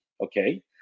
okay